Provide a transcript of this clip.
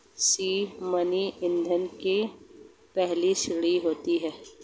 seed money ईंधन की पहली सीढ़ी होता है